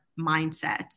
mindset